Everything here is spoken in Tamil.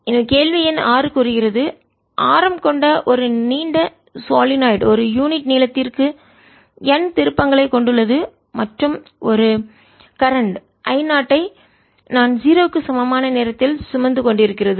எனவே கேள்வி எண் 6 கூறுகிறது ஆரம் கொண்ட ஒரு நீண்ட சொலினாய்டு ஒரு யூனிட் நீளத்திற்கு n திருப்பங்களைக் சுற்று கொண்டுள்ளது மற்றும் ஒரு கரண்ட் I 0 ஐ மின்னோட்டத்தை நான் 0 க்கு சமமான நேரத்தில் சுமந்து கொண்டிருக்கிறது